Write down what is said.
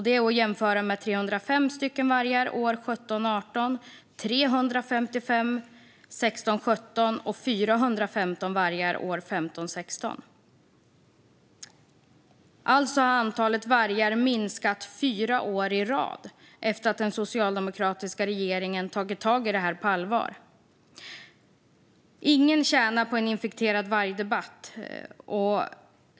Det är att jämföra med 305 vargar 2017 17 och 415 vargar år 2015/16. Alltså har antalet vargar minskat fyra år i rad efter att den socialdemokratiska regeringen tagit tag i det på allvar. Ingen tjänar på en infekterad vargdebatt.